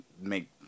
make